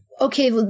Okay